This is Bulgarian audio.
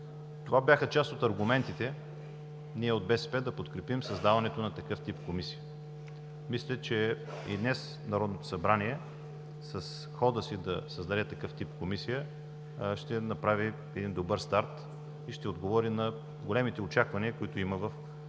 Това бяха част от аргументите ние от БСП да подкрепим създаването на такъв тип комисия. Мисля, че и днес Народното събрание, с хода си да създаде такъв тип комисия, ще направи един добър старт и ще отговори на големите очаквания, които има към